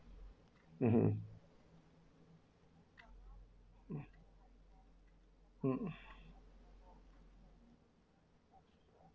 mmhmm um